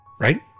Right